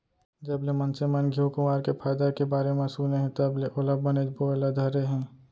जबले मनसे मन घींव कुंवार के फायदा के बारे म सुने हें तब ले ओला बनेच बोए ल धरे हें